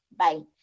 bye